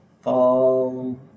fall